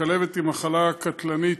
הכלבת היא מחלה קטלנית.